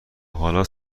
حالا